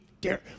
dare